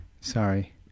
Sorry